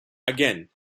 again